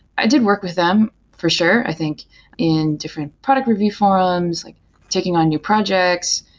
i did work with them for sure i think in different product review forums, like taking on new projects,